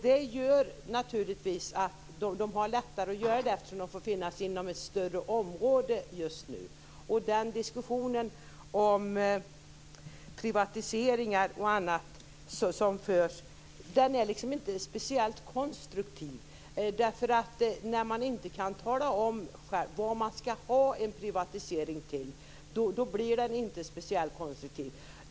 De har naturligtvis lättare att göra det eftersom de får finnas inom ett större område just nu. Den diskussion om privatiseringar och annat som förs är liksom inte speciellt konstruktiv. När man inte kan tala om vad man skall ha en privatisering till blir det inte speciellt konstruktivt.